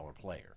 player